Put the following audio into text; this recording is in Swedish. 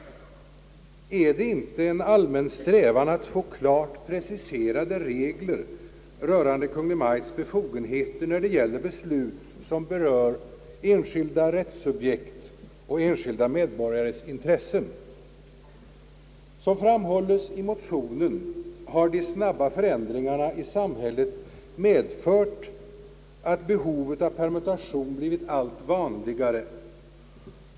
Är det inte en allmän strävan att få klart preciserade regler rörande Kungl. Maj:ts befogenheter när det gäller beslut som berör enskilda rättssubjekt och enskilda medborgares intressen? Som framhålles i motionen har de snabba förändringarna i samhället medfört att behov av permutation blivit allt vanligare.